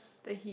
the heat